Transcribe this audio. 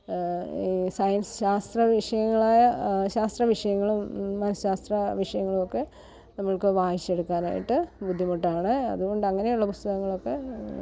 science ശാസ്ത്ര വിഷയങ്ങളായ ശാസ്ത്ര വിഷയങ്ങളും മനശ്ശാസ്ത്ര വിഷയങ്ങളും ഒക്കെ നമ്മൾക്ക് വായിച്ചെടുക്കാനായിട്ട് ബുദ്ധിമുട്ടാണ് അതുകൊണ്ട് അങ്ങനെയുള്ള പുസ്തകങ്ങളൊക്കെ